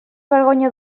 vergonya